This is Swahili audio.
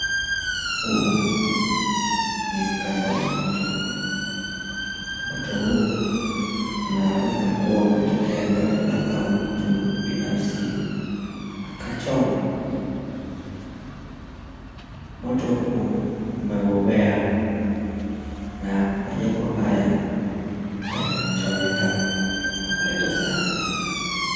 Huu ni mkasa wa moto. Moto huu ni kuwa umetoka ghafla au mtu binafsi akachoma. Moto huu unabobea na majengo haya yamechomeka na kuleta hasara.